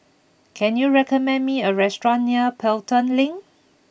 can you recommend me a restaurant near Pelton Link